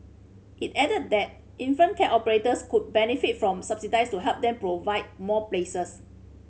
it added that infant care operators could benefit from to help them provide more places